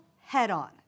head-on